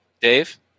Dave